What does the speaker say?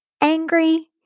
angry